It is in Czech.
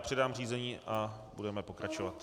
Předám řízení a budeme pokračovat.